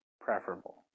preferable